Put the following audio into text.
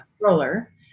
Roller